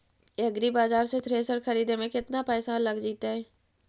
एग्रिबाजार से थ्रेसर खरिदे में केतना पैसा लग जितै?